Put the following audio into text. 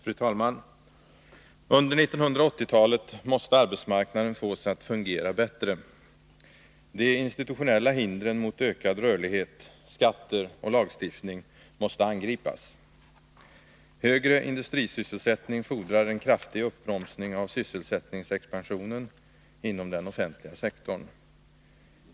Fru talman! Under 1980-talet måste arbetsmarknaden fås att fungera bättre. De institutionella hindren mot ökad rörlighet — skatter och lagstiftning — måste angripas. Högre industrisysselsättning fordrar en kraftig uppbromsning av sysselsättningsexpansionen inom den offentliga sektorn.